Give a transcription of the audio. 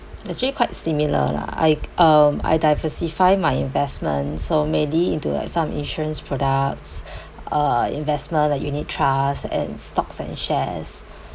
actually quite similar lah I um I diversify my investments so made it into uh some insurance products uh investment like unit trust and stocks and shares